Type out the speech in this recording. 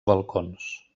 balcons